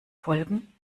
folgen